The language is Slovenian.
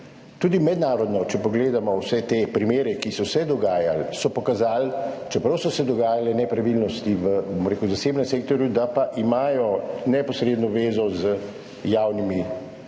tudi mednarodno, če pogledamo vse te primere, ki so se dogajali, so pokazali, da čeprav so se dogajale nepravilnosti v zasebnem sektorju, imajo neposredno zvezo z javnimi koristmi,